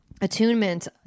attunement